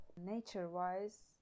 Nature-wise